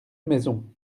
maison